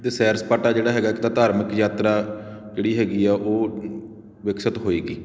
ਅਤੇ ਸੈਰ ਸਪਾਟਾ ਜਿਹੜਾ ਹੈਗਾ ਇੱਕ ਤਾਂ ਧਾਰਮਿਕ ਯਾਤਰਾ ਜਿਹੜੀ ਹੈਗੀ ਆ ਉਹ ਵਿਕਸਿਤ ਹੋਏਗੀ